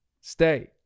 stay